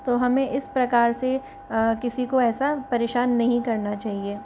तो हमें इस प्रकार से किसी को ऐसा परेशान नहीं करना चाहिए